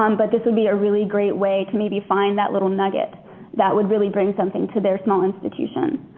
um but this would be a really great way to maybe find that little nugget that would really bring something to their small institution.